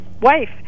wife